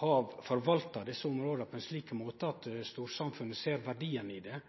har forvalta desse områda på ein slik måte at storsamfunnet ser verdien i det,